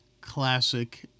classic